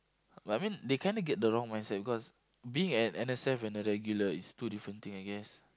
but I mean they kinda get the wrong mindset because being an N_S_F and a regular is two different thing I guess